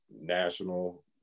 national